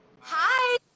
Hi